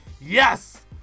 Yes